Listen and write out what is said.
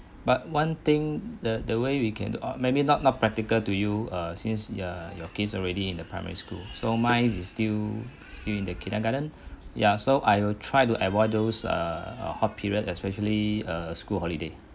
but one thing the the way we can or maybe not not practical to you uh since ya your kids already in the primary school so mine is still still in the kindergarten ya so I will try to avoid those err uh hot period especially uh school holiday